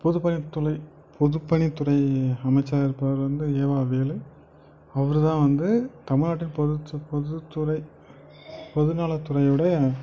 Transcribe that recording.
பொதுப்பணித்துலை பொதுப்பணித்துறை அமைச்சர் இப்போ அவரு வந்து எவா வேலு அவருதான் வந்து தமிழ்நாட்டின் பொதுச்ச பொதுத்துறை பொதுநலத்துறையோட